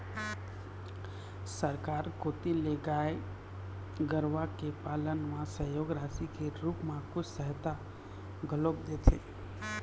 सरकार कोती ले गाय गरुवा के पालन म सहयोग राशि के रुप म कुछ सहायता घलोक देथे